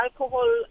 alcohol